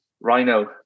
rhino